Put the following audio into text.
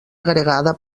agregada